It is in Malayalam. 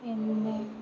പിന്നെ